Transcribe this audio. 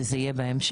וזה יהיה בהמשך,